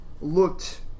looked